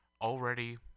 already